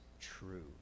true